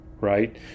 right